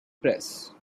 press